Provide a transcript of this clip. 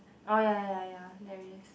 oh ya ya ya ya there is